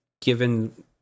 given